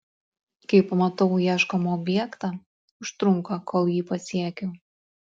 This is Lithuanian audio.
kai pamatau ieškomą objektą užtrunka kol jį pasiekiu